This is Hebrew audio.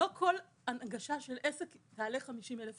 לא כל הנגשה של עסק תעלה 50,000 שקל.